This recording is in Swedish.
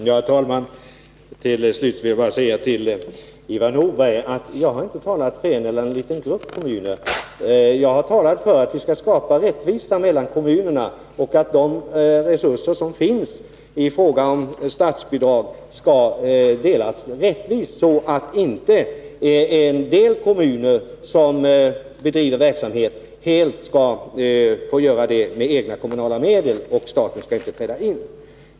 Herr talman! Jag vill till Ivar Nordberg bara säga att jag inte har talat för en kommun eller en liten grupp av kommuner. Jag har talat för att vi skall skapa rättvisa mellan kommunerna. Och de resurser som finns i fråga om statsbidrag skall delas rättvist, så att inte en del kommuner helt får bekosta den här verksamheten med egna kommunala medel, utan att staten träder in.